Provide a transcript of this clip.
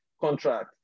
contract